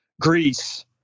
Greece